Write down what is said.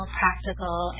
practical